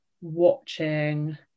watching